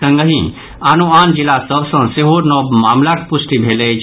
संगहि आनो आन जिला सभ सँ सेहो नव मामिलाक पुष्टि भेल अछि